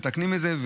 אנחנו מתקנים את זה.